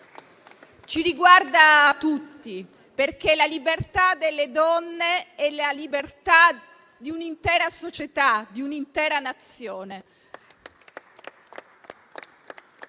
ci riguarda tutti, perché la libertà delle donne è la libertà di un'intera società, di un'intera Nazione.